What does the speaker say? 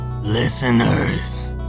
Listeners